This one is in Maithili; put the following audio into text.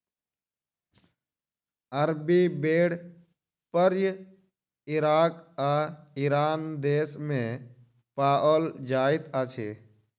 अरबी भेड़ प्रायः इराक आ ईरान देस मे पाओल जाइत अछि